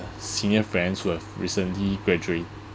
senior friends who have recently graduated